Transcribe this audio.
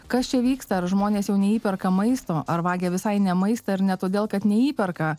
kas čia vyksta ar žmonės jau neįperka maisto ar vagia visai ne maistą ir ne todėl kad neįperka